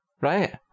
right